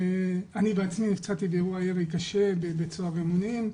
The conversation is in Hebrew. אני בעצמי נפצעתי באירוע ירי קשה בבית סוהר רימונים.